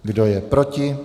Kdo je proti?